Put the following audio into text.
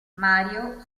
mario